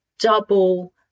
double